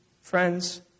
friends